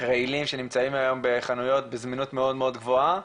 רעילים שנמצאים היום בחנויות בזמינות מאוד גבוהה.